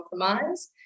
compromise